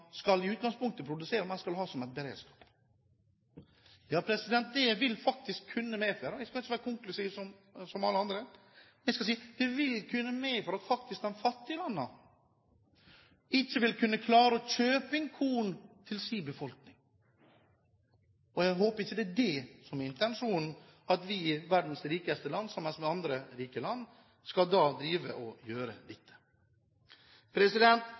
skal produsere, men som man skal ha som beredskap. Det ville faktisk kunne medføre – jeg skal ikke være konklusiv, som alle andre – det vil kunne medføre at de fattige landene ikke vil kunne klare å kjøpe inn korn til sin befolkning. Jeg håper ikke det er det som er intensjonen – at vi i verdens rikeste land, sammen med andre rike land, skal gjøre